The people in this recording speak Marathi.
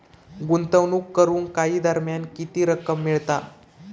गुंतवणूक करून काही दरम्यान किती रक्कम मिळता?